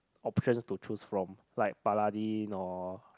options to choose from like Paladin or